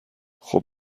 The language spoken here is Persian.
خوب